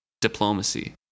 diplomacy